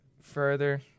further